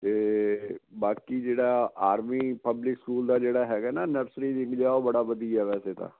ਅਤੇ ਬਾਕੀ ਜਿਹੜਾ ਆਰਮੀ ਪਬਲਿਕ ਸਕੂਲ ਦਾ ਜਿਹੜਾ ਹੈਗਾ ਨਾ ਨਰਸਰੀ ਜਿਗ ਜਾਓ ਉਹ ਬੜਾ ਵਧੀਆ ਵੈਸੇ ਤਾਂ